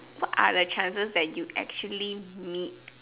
what are the chances that you actually meet